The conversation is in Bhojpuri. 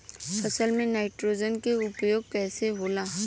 फसल में नाइट्रोजन के उपयोग कइसे होला?